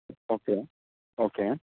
okay okay